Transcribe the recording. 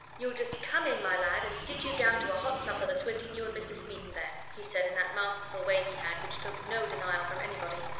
you'll just come in, my lad, and sit you down to a hot supper that's waiting you and mr. smeaton there, he said, in that masterful way he had which took no denial from anybody.